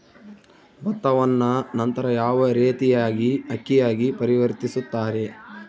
ಭತ್ತವನ್ನ ನಂತರ ಯಾವ ರೇತಿಯಾಗಿ ಅಕ್ಕಿಯಾಗಿ ಪರಿವರ್ತಿಸುತ್ತಾರೆ?